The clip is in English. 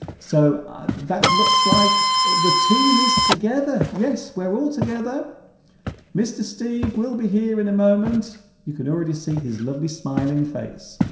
so that looks like the team is together yes we're all together mr. steve will be here in a moment you can already see his lovely smiling face